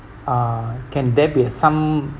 uh can there be uh some